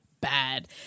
bad